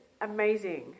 amazing